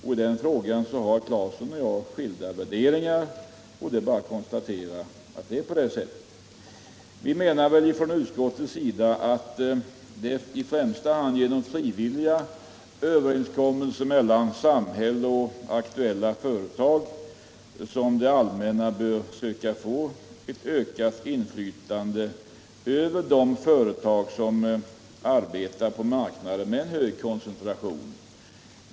Här har herr Claeson och jag skilda värderingar — det är bara att konstatera att det är på det sättet. Vi menar från utskottets sida att det i första hand är genom frivilliga överenskommelser mellan samhälle och aktuella företag som det allmänna bör söka få ökat inflytande över de företag som arbetar på marknaden med hög koncentration.